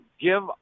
Give